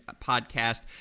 podcast